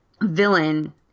villain